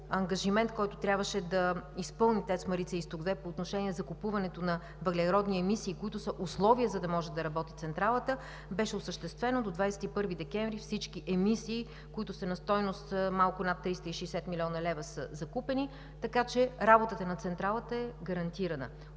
ангажимент, който трябваше да изпълни ТЕЦ „Марица-изток 2“, по отношение закупуването на въглеродни емисии, които са условие, за да може да работи централата. Беше осъществено и до 21 декември всички емисии, които са на стойност малко над 360 млн. лв. са закупени, така че работата на централата е гарантирана.